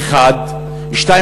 זה, 1. ו-2.